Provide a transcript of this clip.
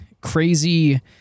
crazy